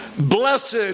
Blessed